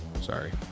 Sorry